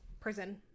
prison